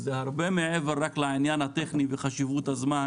זה הרבה מעבר רק לעניין הטכני וחשיבות הזמן.